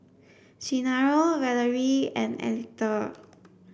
Genaro Valerie and Alethea